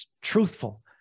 truthful